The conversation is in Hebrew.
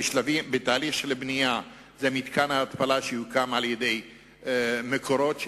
בתהליך של בניית מתקן התפלה על-ידי "מקורות",